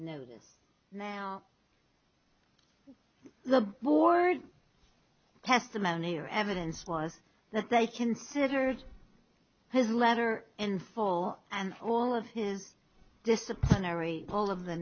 notice now the board testimony or evidence was that they considered his letter in full and all of his disciplinary all of the